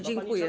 Dziękuję.